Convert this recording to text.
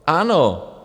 Ano!